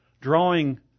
drawing